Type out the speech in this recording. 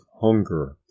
hunger